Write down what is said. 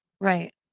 right